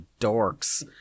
dorks